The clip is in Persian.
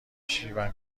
شیون